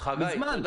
מזמן.